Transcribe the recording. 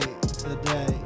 today